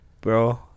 bro